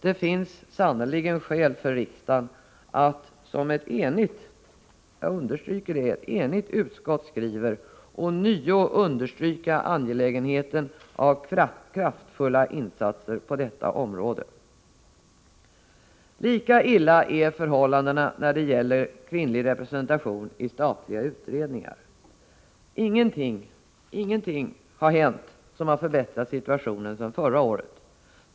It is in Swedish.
Det finns sannerligen skäl för riksdagen att som ett enigt utskott skriver ”ånyo understryka angelägenheten av kraftfulla insatser på detta område”. Lika illa är förhållandena när det gäller kvinnlig representation i statliga utredningar. Ingenting har hänt som har förbättrat situationen sedan förra året.